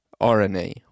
RNA